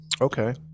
okay